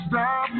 Stop